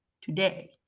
today